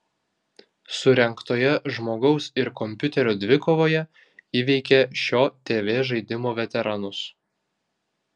surengtoje žmogaus ir kompiuterio dvikovoje įveikė šio tv žaidimo veteranus